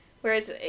Whereas